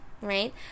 right